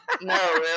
No